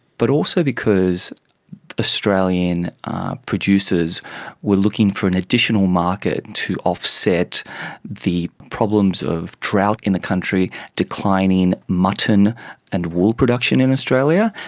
but also because australian producers were looking for an additional market to offset the problems of drought in the country, declining mutton and wool production in australia,